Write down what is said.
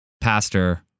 pastor